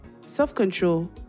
self-control